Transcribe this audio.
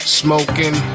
smoking